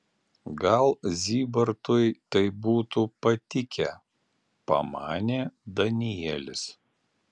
gal zybartui tai būtų patikę pamanė danielis